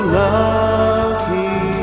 lucky